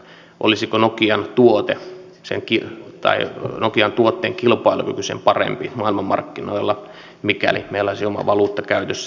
olisiko nokian tuotteen kilpailukyky sen parempi maailmanmarkkinoilla mikäli meillä olisi oma valuutta käytössä